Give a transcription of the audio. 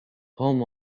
palm